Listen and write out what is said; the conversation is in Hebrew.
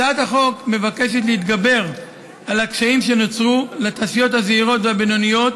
הצעת החוק מבקשת להתגבר על הקשיים שנוצרו לתעשיות הזעירות והבינוניות